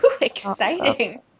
Exciting